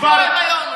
שאתם בשלטון.